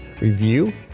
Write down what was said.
review